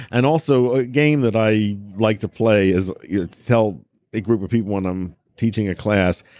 and also a game that i like to play is yeah tell a group of people when i'm teaching a class,